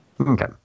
Okay